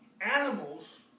Animals